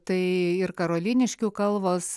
tai ir karoliniškių kalvos